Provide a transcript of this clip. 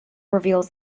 reveals